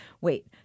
wait